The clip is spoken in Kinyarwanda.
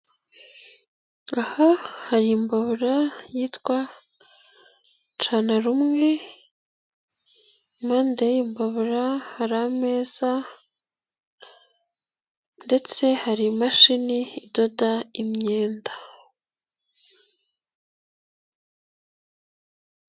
Aha hari imbabura yitwa canarumwe impande y'iyi mbabura hari ameza ndetse hari mashini idoda imyenda.